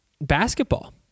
Basketball